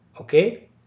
Okay